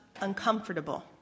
uncomfortable